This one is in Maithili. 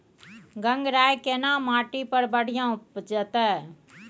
गंगराय केना माटी पर बढ़िया उपजते?